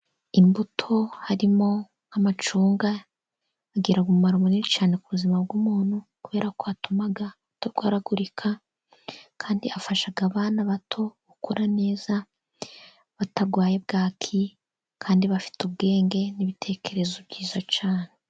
Imbuto harimo nk'amacunga agira umumaro mwinshi cyane ku buzima bw'umuntu kubera ko atuma tutarwaragurika, kandi afasha abana bato gukura neza batarwaye bwaki kandi bafite ubwenge n'ibitekerezo byiza cyane.